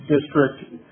District